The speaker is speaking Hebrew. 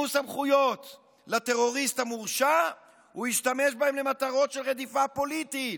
סמכויות לטרוריסט המורשע הוא ישתמש בהן למטרות של רדיפה פוליטית,